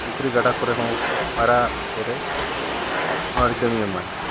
ᱯᱩᱠᱷᱨᱤ ᱜᱟᱰᱟ ᱠᱚᱨᱮᱦᱚᱸ ᱯᱟᱭᱨᱟᱜ ᱠᱚᱨᱮ ᱚᱱᱟ ᱟᱹᱰᱤ ᱠᱟᱹᱢᱤ ᱮᱢᱟᱭ